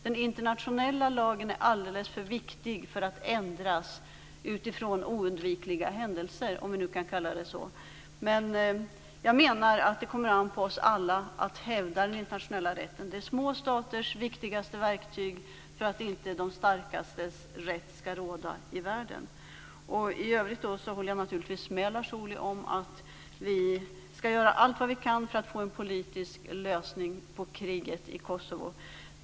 Den internationella lagen är alldeles för viktig för att ändras utifrån oundvikliga händelser, om vi kan säga så. Jag menar att det kommer an på oss alla att hävda den internationella rätten. Det är små staters viktigaste verktyg för att de starkastes rätt inte skall råda i världen. I övrigt håller jag naturligtvis med Lars Ohly om att vi skall göra allt vad vi kan för att få en politisk lösning på kriget i Kosovo.